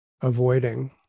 avoiding